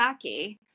sake